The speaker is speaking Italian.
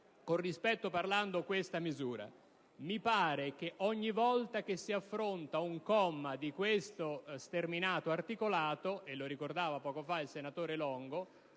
con rispetto parlando, di questa misura: mi pare che, ogni volta che si affronta un comma di questo sterminato articolato - lo ricordava poco fa il senatore Longo